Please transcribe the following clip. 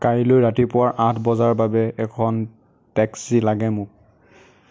কাইলৈ ৰাতিপুৱাৰ আঠ বজাৰ বাবে এখন টেক্সি লাগে মোক